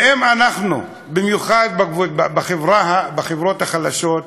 ואם אנחנו, במיוחד בחברות החלשות,